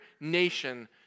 nation